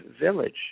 village